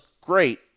great